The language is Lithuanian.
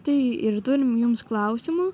tai ir turim jums klausimų